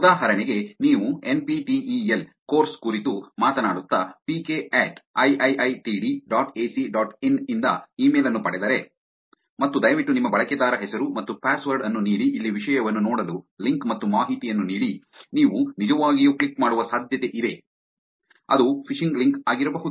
ಉದಾಹರಣೆಗೆ ನೀವು N P T E L course ಕುರಿತು ಮಾತನಾಡುತ್ತಾ PK at IIITD dot AC dot in ಯಿಂದ ಇಮೇಲ್ ಅನ್ನು ಪಡೆದರೆ ಮತ್ತು ದಯವಿಟ್ಟು ನಿಮ್ಮ ಬಳಕೆದಾರ ಹೆಸರು ಮತ್ತು ಪಾಸ್ವರ್ಡ್ ಅನ್ನು ನೀಡಿ ಇಲ್ಲಿ ವಿಷಯವನ್ನು ನೋಡಲು ಲಿಂಕ್ ಮತ್ತು ಮಾಹಿತಿಯನ್ನು ನೀಡಿ ನೀವು ನಿಜವಾಗಿಯೂ ಕ್ಲಿಕ್ ಮಾಡುವ ಸಾಧ್ಯತೆಯಿದೆ ಅದು ಫಿಶಿಂಗ್ ಲಿಂಕ್ ಆಗಿರಬಹುದು